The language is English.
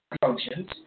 functions